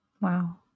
Wow